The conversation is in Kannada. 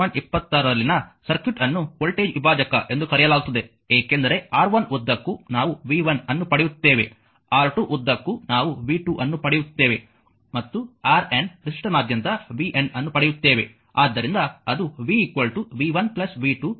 26 ರಲ್ಲಿನ ಸರ್ಕ್ಯೂಟ್ ಅನ್ನು ವೋಲ್ಟೇಜ್ ವಿಭಾಜಕ ಎಂದು ಕರೆಯಲಾಗುತ್ತದೆ ಏಕೆಂದರೆ R1 ಉದ್ದಕ್ಕೂ ನಾವು v1ಅನ್ನು ಪಡೆಯುತ್ತೇವೆ R2 ಉದ್ದಕ್ಕೂ ನಾವು v2 ಅನ್ನು ಪಡೆಯುತ್ತೇವೆ ಮತ್ತು Rn ರೆಸಿಸ್ಟರ್ನಾದ್ಯಂತ vn ಅನ್ನು ಪಡೆಯುತ್ತೇವೆ